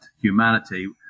humanity